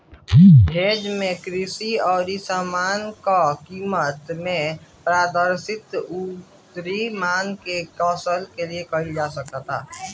hedge में कृषि कअ समान कअ कीमत में पारदर्शिता अउरी मानकीकृत कुशल हेजिंग मिल सके